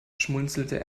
schmunzelte